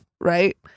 Right